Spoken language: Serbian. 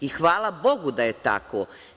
I hvala bogu da je tako.